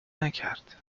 نکرد